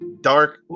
Dark